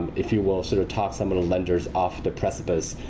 if you will, sort of talk some of the lenders off the precipice,